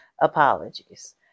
apologies